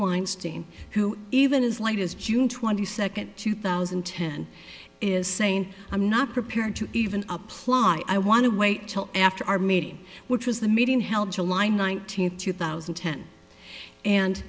weinstein who even as late as june twenty second two thousand and ten is saying i'm not prepared to even apply i want to wait till after our meeting which was the meeting held july nineteenth two thousand and ten and